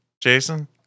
Jason